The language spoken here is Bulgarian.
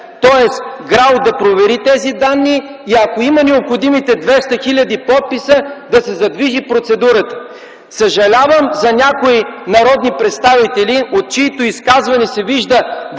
тоест ГРАО да провери тези данни и, ако има необходимите 200 хил. подписа, да се задвижи процедурата. Съжалявам за някои народни представители, от чиито изказвания се вижда въпиюща